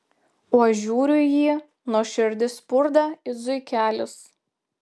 o aš žiūriu į jį nors širdis spurda it zuikelis